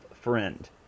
Friend